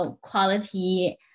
quality